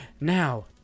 now